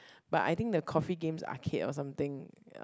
but I think the coffee games arcade or something